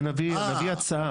נביא הצעה.